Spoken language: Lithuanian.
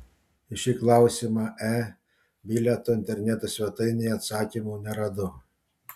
į šį klausimą e bilieto interneto svetainėje atsakymų neradau